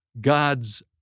God's